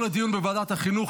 לוועדת החינוך,